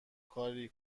کاری